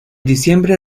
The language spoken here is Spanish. diciembre